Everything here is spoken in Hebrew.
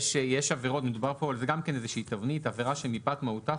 מדובר כאן - זאת גם כן איזושהי תבנית על עבירה שמפאת מהותה,